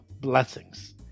blessings